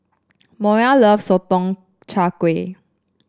Moriah loves Sotong Char Kway